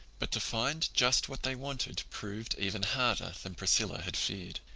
but to find just what they wanted proved even harder than priscilla had feared.